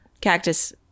cactus